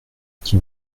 qui